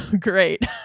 great